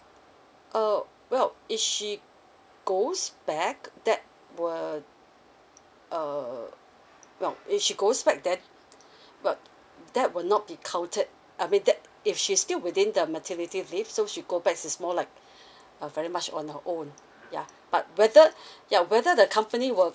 uh well if she goes back that were uh well if she goes back then well that will not be counted I mean that if she still within the maternity leave so she go back is more like uh very much on her own ya but whether ya whether the company will